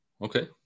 Okay